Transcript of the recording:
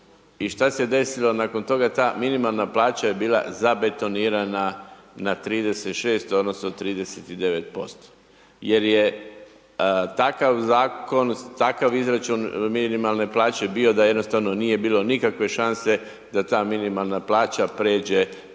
i šta se desilo nakon toga? Ta minimalna plaća je bila zabetonirana na 36 odnosno 39% jer je takav izračun minimalne plaće bio da jednostavno nije bilo nikakve šanse da ta minimalna plaća pređe